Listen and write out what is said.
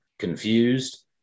confused